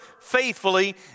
faithfully